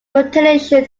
mutilation